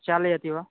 चालयति वा